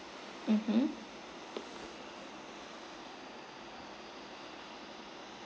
mmhmm